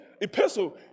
epistle